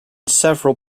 several